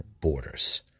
borders